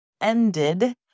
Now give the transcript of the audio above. ended